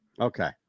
Okay